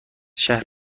شهر